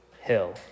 hill